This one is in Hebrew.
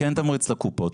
כי אין תמריץ לקופות.